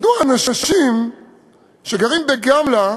מדוע אנשים שגרים בגמלא,